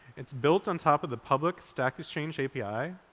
it's built on top of the public stock exchange api.